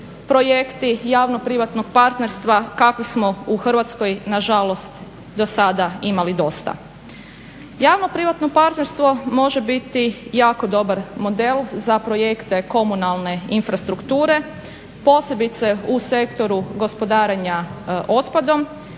projekti javno-privatnog partnerstva kakvih smo u Hrvatskoj na žalost do sada imali dosta. Javno-privatno partnerstvo može biti jako dobar model za projekte komunalne infrastrukture posebice u sektoru gospodarenja otpadom